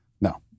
No